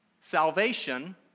salvation